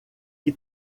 que